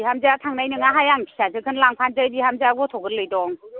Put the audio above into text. बिहामजोआ थांनाय नङाहाय आं फिसाजोखौनो लांफासै बिहाजोआ गथ' गोरलै दं